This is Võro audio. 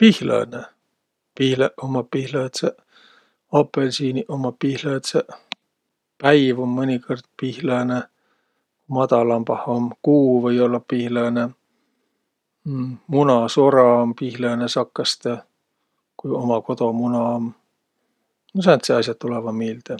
Pihlõnõ? Pihlõq ummaq pihlõdsõq, apõlsiiniq ummaq pihlõdsõq, päiv um mõnikõrd pihlõnõ. Madalambah um kuu või-ollaq pihlõnõ. Munasora um pihlõnõ sakõstõ, ku uma kodomuna um. No sääntseq as'aq tulõvaq miilde.